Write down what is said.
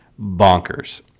bonkers